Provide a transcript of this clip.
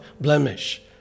blemish